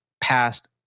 past